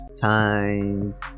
times